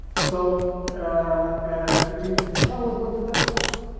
so the shah was not a democrat.